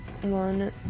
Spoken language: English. One